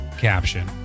caption